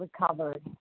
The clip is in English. recovered